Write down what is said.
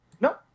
No